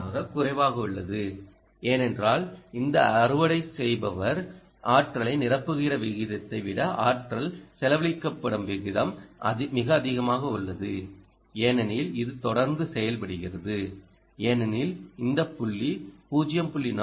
5 ஆகக் குறைவாக உள்ளது ஏனென்றால் இந்த அறுவடை செய்பவர் ஆற்றலை நிரப்புகிற விகிதத்தை விட ஆற்றல் செலவழிக்கப்படும் வீதம் மிக அதிகமாக உள்ளது ஏனெனில் இது தொடர்ந்து செயல்படுகிறது ஏனெனில் இந்த புள்ளி 0